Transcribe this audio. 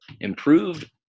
improved